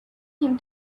him